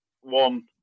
one